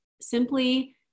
simply